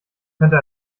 könnte